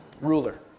ruler